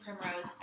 primrose